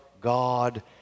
God